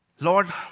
Lord